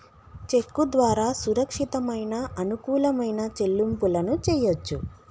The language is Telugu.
చెక్కు ద్వారా సురక్షితమైన, అనుకూలమైన చెల్లింపులను చెయ్యొచ్చు